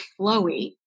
flowy